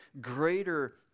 greater